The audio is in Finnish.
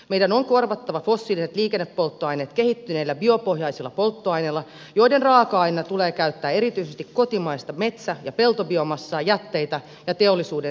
meidän on korvattava fossiiliset liikennepolttoaineet kehittyneillä biopohjaisilla polttoaineilla joiden raaka aineina tulee käyttää erityisesti kotimaista metsä ja peltobiomassaa jätteitä ja teollisuuden sivuvirtoja